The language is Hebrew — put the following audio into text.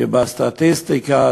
כי בסטטיסטיקה,